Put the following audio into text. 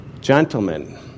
gentlemen